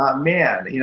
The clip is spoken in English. um man, you know